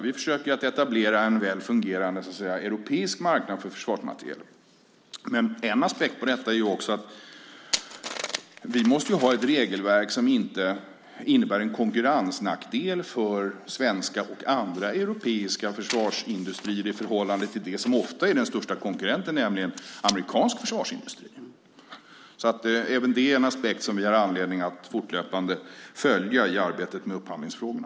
Vi försöker att etablera en väl fungerande europeisk marknad för försvarsmateriel. En aspekt på detta är att vi måste ha ett regelverk som inte innebär en konkurrensnackdel för svenska och andra europeiska försvarsindustrier i förhållande till det som ofta är den största konkurrenten, nämligen amerikansk försvarsindustri. Även det är en aspekt som vi har anledning att fortlöpande följa i arbetet med upphandlingsfrågorna.